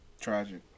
Tragic